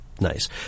nice